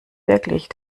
wirklich